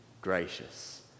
gracious